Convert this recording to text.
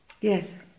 Yes